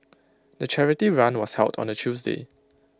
the charity run was held on A Tuesday